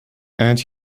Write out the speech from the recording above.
and